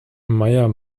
mayer